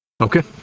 Okay